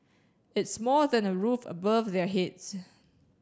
it's more than a roof above their heads